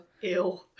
Ew